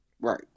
Right